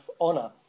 honor